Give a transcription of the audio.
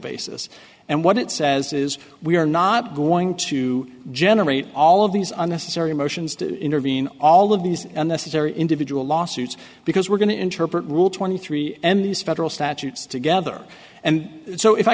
basis and what it says is we are not going to generate all of these unnecessary motions to intervene all of these unnecessary individual lawsuits because we're going to interpret rule twenty three and these federal statutes together and so if i